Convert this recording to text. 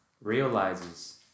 realizes